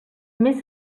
més